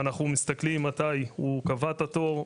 אנחנו מסתכלים מתי הוא קבע את התור,